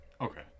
Okay